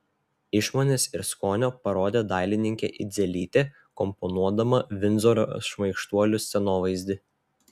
išmonės ir skonio parodė dailininkė idzelytė komponuodama vindzoro šmaikštuolių scenovaizdį